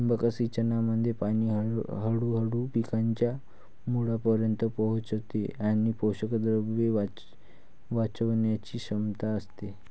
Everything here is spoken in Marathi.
ठिबक सिंचनामध्ये पाणी हळूहळू पिकांच्या मुळांपर्यंत पोहोचते आणि पोषकद्रव्ये वाचवण्याची क्षमता असते